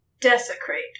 Desecrate